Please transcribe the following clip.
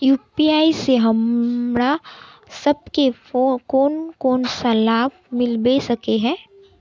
UPI से हमरा सब के कोन कोन सा लाभ मिलबे सके है?